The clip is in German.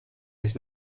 mich